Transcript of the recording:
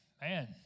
man